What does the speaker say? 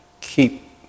keep